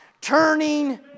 turning